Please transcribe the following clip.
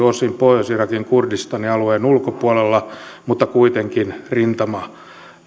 osin pohjois irakin ja kurdistanin alueen ulkopuolella mutta kuitenkin rintamalinjojen